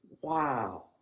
Wow